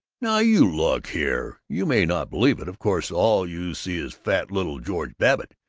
now you look here! you may not believe it of course all you see is fat little georgie babbitt.